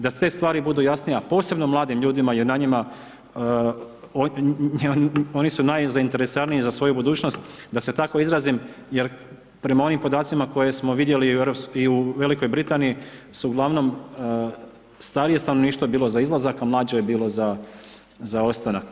Da te stvari budu jasnije, a posebno mladim ljudima jer na njima, oni su najzainteresiraniji za svoju budućnost da se tako izrazim jer prema onim podacima koje smo vidjeli i u V. Britaniji su uglavnom starije stanovništvo je bilo za izlazak a mlađe je bilo za ostanak.